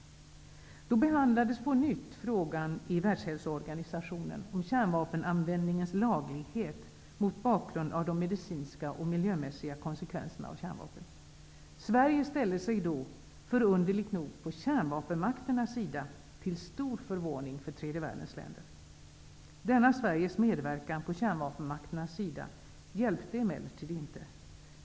Då behandlades i Världshälsoorganisationen på nytt frågan om kärnvapenanvändningens laglighet mot bakgrund av de medicinska och miljömässiga konsekvenserna av kärnvapen. Sverige ställde sig då, förunderligt nog, på kärnvapenmakternas sida, till stor förvåning för tredje världens länder. Denna Sveriges medverkan på kärnvapenmakternas sida hjälpte emellertid inte.